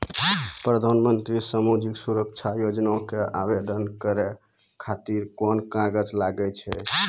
प्रधानमंत्री समाजिक सुरक्षा योजना के आवेदन करै खातिर कोन कागज लागै छै?